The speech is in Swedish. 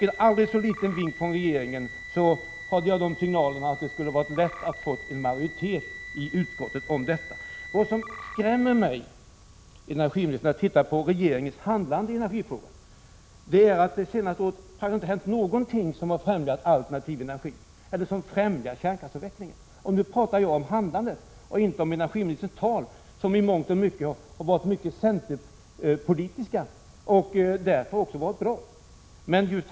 Med en aldrig så liten vink från regeringen hade det varit lätt att få majoritet i utskottet för detta. Vad som skrämmer mig, energiministern, när jag ser på regeringens handlande i energifrågan är att det under det senaste året inte har hänt någonting som har främjat alternativ energi eller som har främjat kärnkraftsavvecklingen. Nu talar jag om handlandet, inte om energiministerns uttalanden, som i mångt och mycket har varit centerpolitiska och därför också bra.